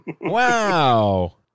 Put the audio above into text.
Wow